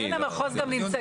לא, מתכנן המחוז גם יכול.